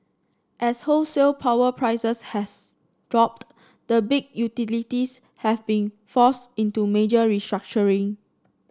as wholesale power prices has dropped the big utilities have been forced into major restructuring